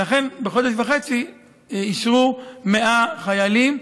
ולכן, בחודש וחצי אישרו 100 חיילים.